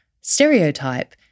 stereotype